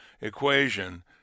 equation—